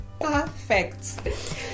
Perfect